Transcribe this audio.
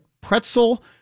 pretzel